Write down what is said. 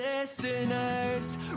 listeners